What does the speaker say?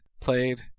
played